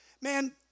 man